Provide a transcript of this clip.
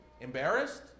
Embarrassed